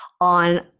on